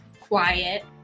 quiet